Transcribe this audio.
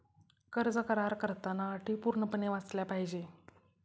कर्ज करार करताना अटी पूर्णपणे वाचल्या पाहिजे